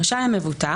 רשאי המבוטח,